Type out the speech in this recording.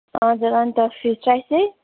हजुर अन्त fish rice चाहिँ